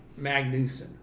magnuson